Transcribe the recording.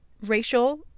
racial